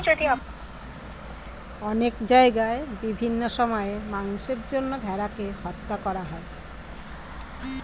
অনেক জায়গায় বিভিন্ন সময়ে মাংসের জন্য ভেড়াকে হত্যা করা হয়